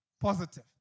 positive